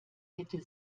hätte